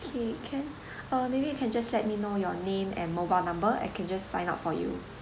okay can uh maybe you can just let me know your name and mobile number I can just sign up for you